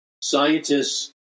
scientists